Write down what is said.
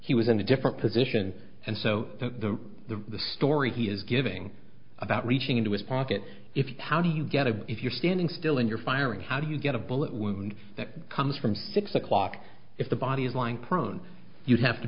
he was in a different position and so the the the story he is giving about reaching into his pocket if how do you get to if you're standing still in your firing how do you get a bullet wound that comes from six o'clock if the body is lying prone you have to